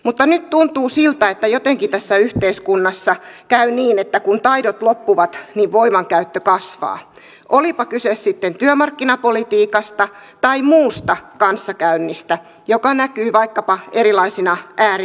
mutta nyt tuntuu siltä että jotenkin tässä yhteiskunnassa käy niin että kun taidot loppuvat niin voimankäyttö kasvaa olipa kyse sitten työmarkkinapolitiikasta tai muusta kanssakäynnistä mikä näkyy vaikkapa erilaisina ääri ilmiöinä